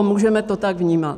Můžeme to tak vnímat.